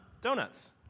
donuts